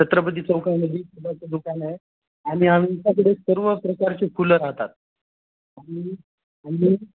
छत्रपती चौकामध्ये फुलाचं दुकान आहे आणि आच्याकडे सर्व प्रकारचे फूलं राहतात आणि